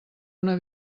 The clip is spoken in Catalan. una